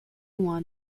won